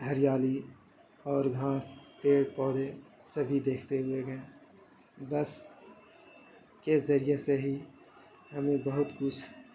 ہریالی اور گھانس پیڑ پودے سبھی دیکھتے ہوئے گیا بس کے ذریعہ سے ہی ہمیں بہت کچھ